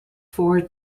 forward